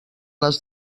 les